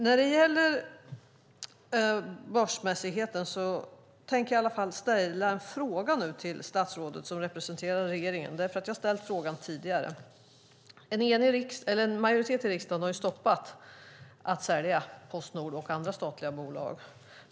När det gäller börsmässigheten tänker jag ställa en fråga till statsrådet, som representerar regeringen. Jag har ställt frågan tidigare. En majoritet i riksdagen har stoppat att sälja Post Nord och andra statliga bolag.